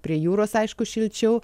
prie jūros aišku šilčiau